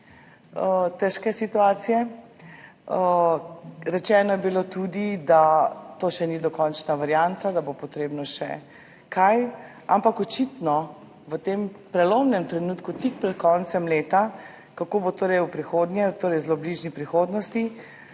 težke situacije. Rečeno je bilo tudi, da to še ni dokončna varianta, da bo potrebno še kaj. Ampak očitno v tem prelomnem trenutku, tik pred koncem leta, [o tem], kako bo torej v prihodnje, v zelo bližnji prihodnosti,